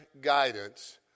guidance